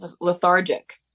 lethargic